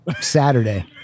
Saturday